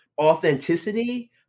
authenticity